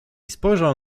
spojrzał